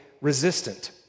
resistant